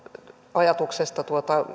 ajatuksesta